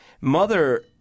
Mother